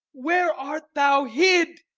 where art thou hid?